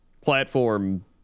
platform